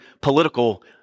political